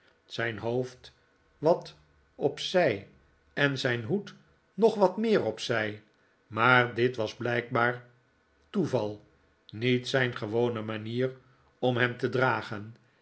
zijn hoofd wat op zij en zijn hoed nog wat meer op zij maar dit was blijkbaar toeval niet zijn gewone manier om hem te dragen